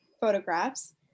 photographs